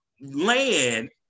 land